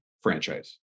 franchise